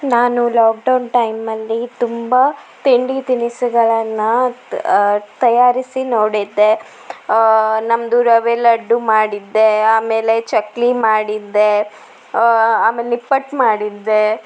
ನಾನು ಲಾಕ್ಡೌನ್ ಟೈಮಲ್ಲಿ ತುಂಬಾ ತಿಂಡಿ ತಿನಿಸುಗಳನ್ನು ತಯಾರಿಸಿ ನೋಡಿದ್ದೆ ನಮ್ಮದು ರವೆ ಲಡ್ಡು ಮಾಡಿದ್ದೆ ಆಮೇಲೆ ಚಕ್ಕುಲಿ ಮಾಡಿದ್ದೆ ಆಮೇಲೆ ನಿಪ್ಪಟ್ಟು ಮಾಡಿದ್ದೆ